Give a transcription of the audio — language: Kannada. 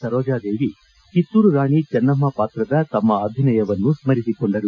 ಸರೋಜಾದೇವಿ ಕಿತ್ತೂರು ರಾಣಿ ಚೆನ್ನಮ್ಮ ಪಾತ್ರದ ತಮ್ಮ ಅಭಿನಯವನ್ನು ಸ್ಮರಿಸಿಕೊಂಡರು